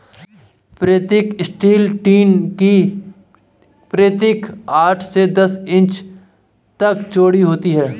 प्रतीक strip till की पंक्ति आठ से दस इंच तक चौड़ी होती है